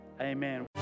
Amen